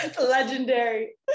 legendary